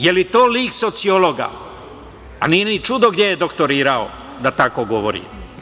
Jel to lik sociologa, a nije ni čudo gde je doktorirao da tako govori.